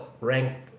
ranked